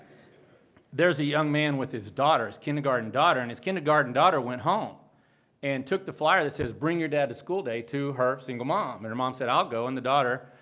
there's a young man with his daughter, his kindergarten daughter. and his kindergarten daughter went home and took the flyer that says bring your dad to school day to her single mom. and her mom said, i'll go. and the daughter,